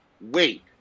wait